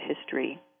history